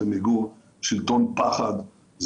זה מיגור שלטון פחד,